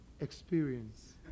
Experience